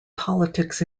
politics